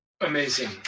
Amazing